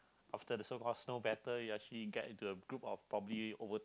after the so call snow battle we actually get into a group of probably over